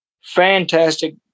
Fantastic